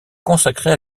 consacrer